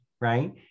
right